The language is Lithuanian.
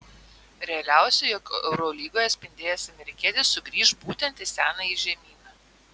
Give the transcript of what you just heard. realiausia jog eurolygoje spindėjęs amerikietis sugrįš būtent į senąjį žemyną